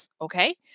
Okay